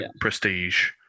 Prestige